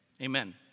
Amen